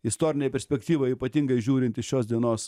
istorinėj perspektyvoj ypatingai žiūrint iš šios dienos